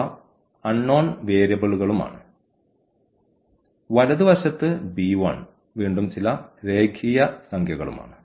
എന്നിവ അൺനോൺ വേരിയബിൾകളും ആണ് വലതുവശത്ത് വീണ്ടും ചില രേഖീയ സംഖ്യകളുമാണ്